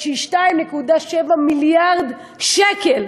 שהיא 2.7 מיליארד שקל.